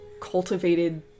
cultivated